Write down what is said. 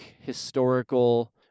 historical